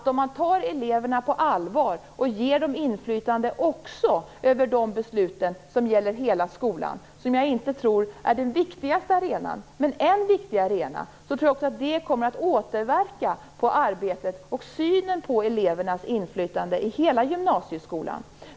Om man tar eleverna på allvar och ger dem inflytande också över de beslut som gäller hela skolan - jag tror inte att det är den viktigaste arenan, men det är en viktig arena - tror jag att det kommer att återverka på arbetet och synen på elevernas inflytande i hela gymnasieskolan.